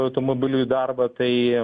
automobiliu į darbą tai